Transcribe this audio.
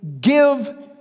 give